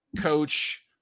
coach